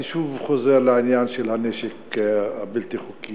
אני שוב חוזר לעניין של הנשק הבלתי-חוקי